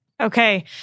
Okay